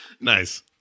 nice